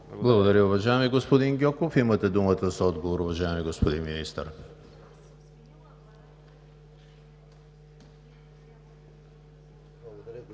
Благодаря, уважаеми господин Гьоков. Имате думата за отговор, уважаеми господин Министър.